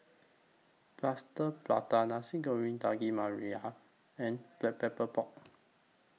Plaster Prata Nasi Goreng Daging Merah and Black Pepper Pork